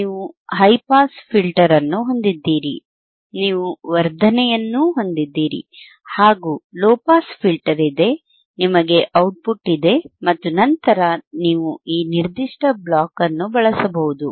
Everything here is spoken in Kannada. ನೀವು ಹೈ ಪಾಸ್ ಫಿಲ್ಟರ್ ಹೊಂದಿದ್ದೀರಿ ನೀವು ವರ್ಧನೆಯನ್ನು ಹೊಂದಿದ್ದೀರಿ ಹಾಗು ಲೊ ಪಾಸ್ ಫಿಲ್ಟರ್ ಇದೆ ನಿಮಗೆ ಔಟ್ಪುಟ್ ಇದೆ ಮತ್ತು ನಂತರ ನೀವು ಈ ನಿರ್ದಿಷ್ಟ ಬ್ಲಾಕ್ ಅನ್ನು ಬಳಸಬಹುದು